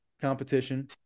competition